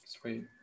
Sweet